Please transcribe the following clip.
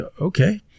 okay